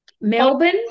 Melbourne